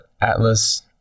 Atlas